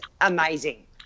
amazing